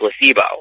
placebo